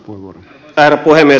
arvoisa herra puhemies